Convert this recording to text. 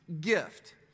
gift